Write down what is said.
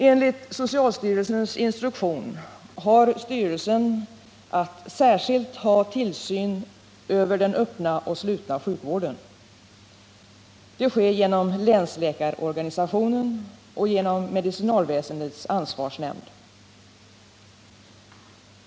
Enligt socialstyrelsens instruktion har styrelsen att särskilt öva tillsyn över den öppna och slutna sjukvården. Det sker genom länsläkarorganisationen och medicinalväsendets ansvarsnämnd.